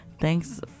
Thanks